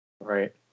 Right